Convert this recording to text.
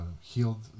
healed